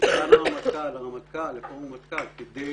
לפורום מטכ"ל כדי